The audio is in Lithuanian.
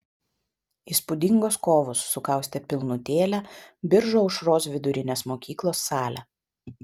įspūdingos kovos sukaustė pilnutėlę biržų aušros vidurinės mokyklos salę